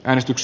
äänestys